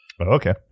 Okay